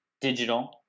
digital